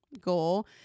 goal